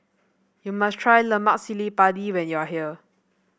you must try Lemak Cili Padi when you are here